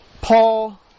Paul